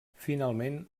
finalment